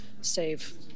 save